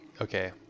okay